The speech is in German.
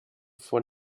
vor